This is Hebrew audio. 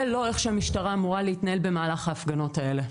זה לא איך שהמשטרה אמורה להתנהל במהלך ההפגנות האלה.